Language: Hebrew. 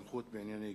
סמכות בענייני גיור),